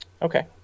Okay